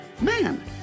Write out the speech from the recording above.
man